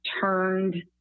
turned